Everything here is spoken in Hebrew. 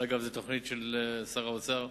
אגב, זו תוכנית של שר האוצר,